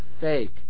fake